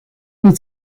niet